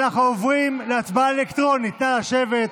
להצבעה על הנושא השני,